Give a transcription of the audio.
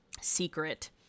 secret